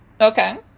Okay